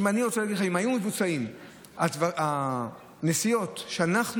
אני רוצה להגיד לך שאם היו מבוצעות הנסיעות שאנחנו